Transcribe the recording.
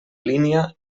línia